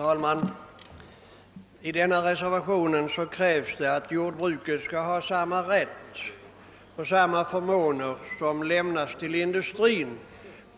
Herr talman! I reservationen 8 vid denna punkt krävs att jordbruket skall ha samma förmåner som industrin